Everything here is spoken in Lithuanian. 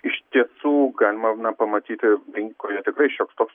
iš tiesų galima na pamatyti rinkoje tikrai šioks toks